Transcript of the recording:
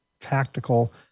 tactical